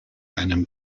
einem